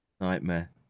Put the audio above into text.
Nightmare